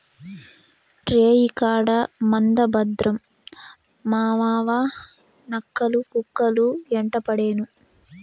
రేయికాడ మంద భద్రం మావావా, నక్కలు, కుక్కలు యెంటపడేను